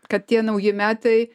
kad tie nauji metai